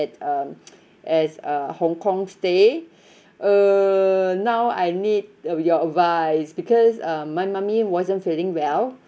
at um as uh hong kong stay uh now I need uh your advice because um my mummy wasn't feeling well